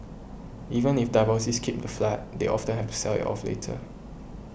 even if divorcees keep the flat they often have to sell it off later